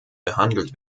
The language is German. behandelt